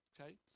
okay